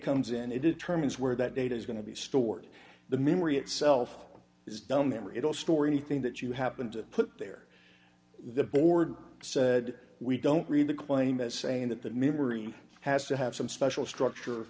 comes in a determined is where that data is going to be stored the memory itself is down memory it will store anything that you happen to put there the board said we don't read the claim as saying that the memory has to have some special structure